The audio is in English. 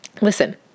Listen